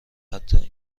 حتی